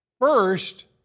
First